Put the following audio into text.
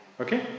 okay